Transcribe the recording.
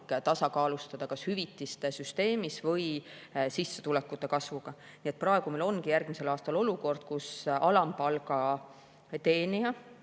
tasakaalustada hüvitiste süsteemi või sissetulekute kasvuga. Meil ongi järgmisel aastal olukord, kus alampalga teenija